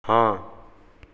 ਹਾਂ